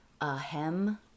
Ahem